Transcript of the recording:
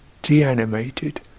de-animated